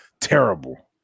terrible